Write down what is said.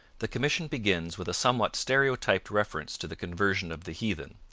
the commission begins with a somewhat stereotyped reference to the conversion of the heathen,